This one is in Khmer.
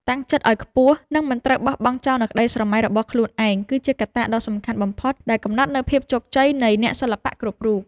តាំងចិត្តឱ្យខ្ពស់ និងមិនត្រូវបោះបង់ចោលនូវក្តីស្រមៃរបស់ខ្លួនឯងគឺជាកត្តាដ៏សំខាន់បំផុតដែលកំណត់នូវភាពជោគជ័យនៃអ្នកសិល្បៈគ្រប់រូប។